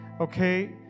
okay